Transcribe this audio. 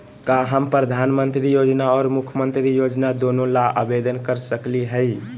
का हम प्रधानमंत्री योजना और मुख्यमंत्री योजना दोनों ला आवेदन कर सकली हई?